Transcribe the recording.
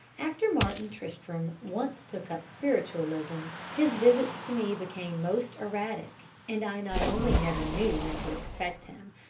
after martin tristram once took up spiritualism his visits to me became most erratic, and i not only never knew when to expect him,